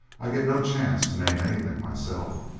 i get no chance to name anything myself.